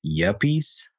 yuppies